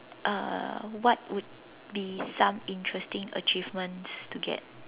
uh what would be some interesting achievements to get